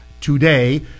today